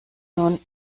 nun